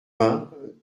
vingts